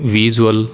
visual